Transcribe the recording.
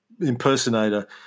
impersonator